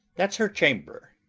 that's her chamber.